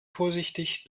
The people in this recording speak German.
vorsichtig